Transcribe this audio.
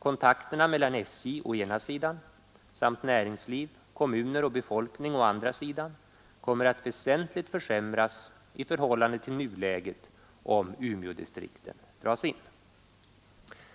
kontakterna mellan SJ å ena sidan samt näringsliv, kommuner och befolkning å andra sidan kommer att väsentligt försämras i förhållande till nuläget om Umeådistrikten dras in.”